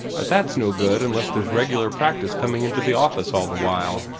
but that's no good unless there's regular practice coming into the office all the while.